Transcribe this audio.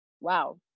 Wow